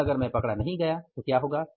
और अगर मैं पकड़ा नहीं गया तो क्या होगा